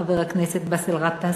חבר הכנסת באסל גטאס,